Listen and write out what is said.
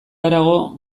harago